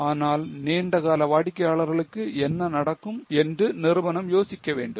ஆனால் நீண்டகால வாடிக்கையாளர்களுக்கு என்ன நடக்கும் என்று நிறுவனம் யோசிக்க வேண்டும்